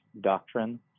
doctrine